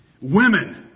Women